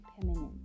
permanent